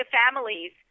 families